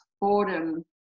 boredom